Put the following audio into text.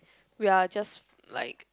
we're just like